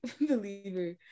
believer